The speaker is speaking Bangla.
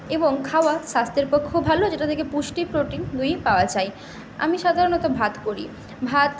এবং খাওয়া স্বাস্থ্যের পক্ষেও ভালো যেটা থেকে পুষ্টি প্রোটিন দুইই পাওয়া যায় আমি সাধারণত ভাত করি ভাত